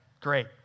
Great